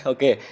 Okay